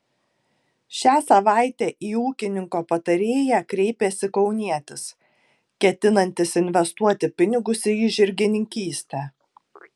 šią savaitę į ūkininko patarėją kreipėsi kaunietis ketinantis investuoti pinigus į žirgininkystę